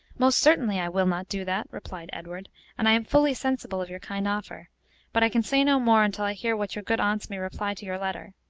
most certainly i will not do that, replied edward and i am fully sensible of your kind offer but i can say no more until i hear what your good aunts may reply to your letter.